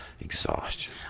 exhaustion